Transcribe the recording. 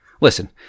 Listen